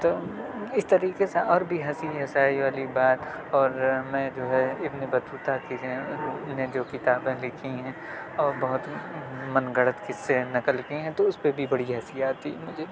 تو اس طریقے سے اور بھی ہنسی ہنسائی والی بات اور میں جو ہے ابن بطوطہ نے جو کتابیں لکھی ہیں اور بہت من گھڑت قصے نقل کیے ہیں تو اس پہ بھی بڑی ہنسی آتی ہے مجھے